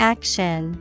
Action